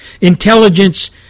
intelligence